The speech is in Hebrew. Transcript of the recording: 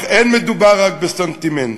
לא מדובר רק בסנטימנט.